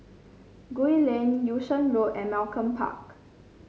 Gul Lane Yung Sheng Road and Malcolm Park